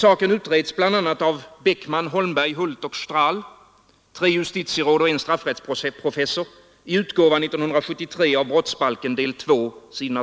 Saken utreds av Beckman—Holmberg-Hult—Strahl — tre justitieråd och en straffrättsprofessor — i utgåvan 1973 av Brottsbalken del 2 s.